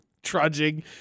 Trudging